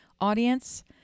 audience